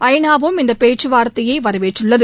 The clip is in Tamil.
ஐ நா வும் இந்த பேச்சுவார்த்தையை வரவேற்றுள்ளது